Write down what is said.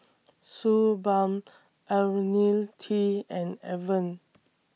Suu Balm Ionil T and Avene